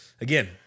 again